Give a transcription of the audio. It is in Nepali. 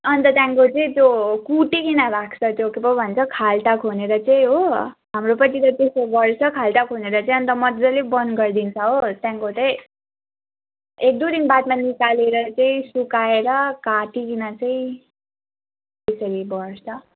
अन्त त्यहाँदेखिको चाहिँ त्यो कुटिकन राख्छ त्यो के पो भन्छ खाल्टा खनेर चाहिँ हो हाम्रोपट्टि त त्यसो गर्छ खाल्टा खनेर चाहिँ अन्त मज्जाले बन्द गरिदिन्छ हो त्यहाँदेखिको चाहिँ एक दुई दिन बादमा निकलेर चाहिँ सुकाएर काटिकन चाहिँ त्यसरी गर्छ